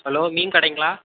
hello மீன் கடைங்களா